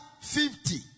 fifty